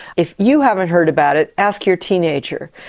if you haven't heard about it, ask your teenager,